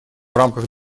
рамках